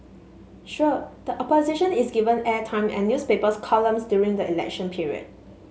sure the Opposition is given airtime and newspaper columns during the election period